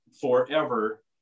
forever